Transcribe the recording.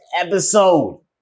episode